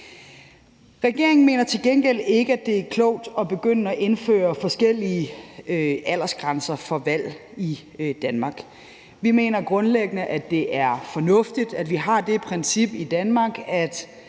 Regeringen mener til gengæld ikke, at det er klogt at begynde at indføre forskellige aldersgrænser for valg i Danmark. Vi mener grundlæggende, at det er fornuftigt, at vi har det princip i Danmark, at